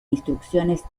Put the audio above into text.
instrucciones